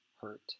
hurt